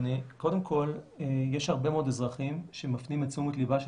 קודם כל יש הרבה מאוד אזרחים שמפנים את תשומת ליבה של